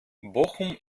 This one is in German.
bochum